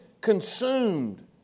consumed